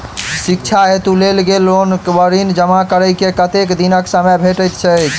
शिक्षा हेतु लेल गेल लोन वा ऋण जमा करै केँ कतेक दिनक समय भेटैत अछि?